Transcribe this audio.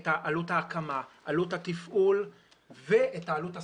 את עלות ההקמה, עלות התפעול ואת העלות הסביבתית,